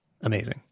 amazing